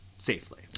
Safely